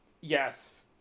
yes